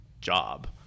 job